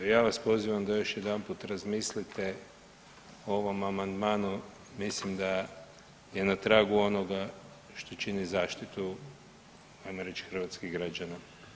Ja vas pozivam da još jedanput razmislite o ovom amandmanu, mislim da je na tragu onoga što čini zaštitu, ajmo reći hrvatskih građana.